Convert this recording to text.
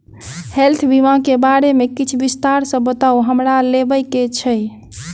Health बीमा केँ बारे किछ विस्तार सऽ बताउ हमरा लेबऽ केँ छयः?